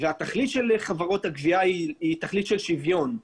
והתכלית של חברות הגבייה היא תכלית של שוויון.